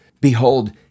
behold